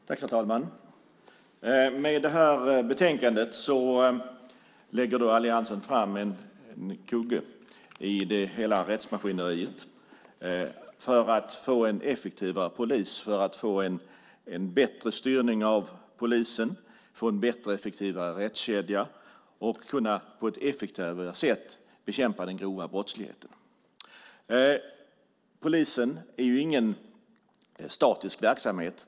Herr talman! Med det här betänkandet lägger alliansen fram förslag till en kugge i rättsmaskineriet för att få en effektivare polis, för att få en bättre styrning av polisen, för att få en bättre och effektivare rättskedja och för att på ett effektivare sätt kunna bekämpa den grova brottsligheten. Polisen är ingen statisk verksamhet.